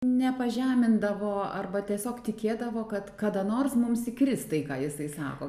nepažemindavo arba tiesiog tikėdavo kad kada nors mums įkris tai ką jisai sako